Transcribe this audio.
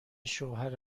شوهر